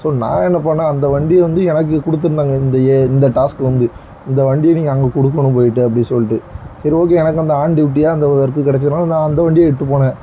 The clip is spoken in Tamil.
ஸோ நான் என்ன பண்ணினேன் அந்த வண்டியை வந்து எனக்கு வந்து கொடுத்துருந்தாங்க இந்த இ இந்த டாஸ்க்கு வந்து இந்த வண்டியை நீங்கள் அங்கே கொடுக்கணும் போய்ட்டு அப்படி சொல்லிட்டு சரி ஓகே எனக்கு அந்த ஆன் டியூட்டியாக அந்த ஒர்க்கு கிடச்சதுனால நான் அந்து வண்டியை எட்டு போனேன்